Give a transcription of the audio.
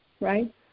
right